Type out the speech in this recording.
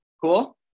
Cool